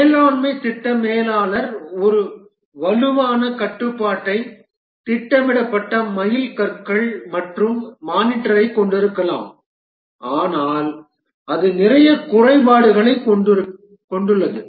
மேலாண்மை திட்ட மேலாளர் ஒரு வலுவான கட்டுப்பாட்டை திட்டமிடப்பட்ட மைல்கற்கள் மற்றும் மானிட்டரைக் கொண்டிருக்கலாம் ஆனால் அது நிறைய குறைபாடுகளைக் கொண்டுள்ளது